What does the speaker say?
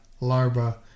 larva